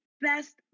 best